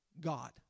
God